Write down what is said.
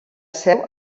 seu